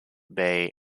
bay